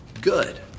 good